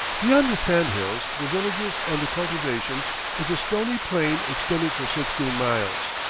beyond the sand-hills, the villages, and the cultivation is a stony plain extending for sixteen miles,